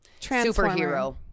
superhero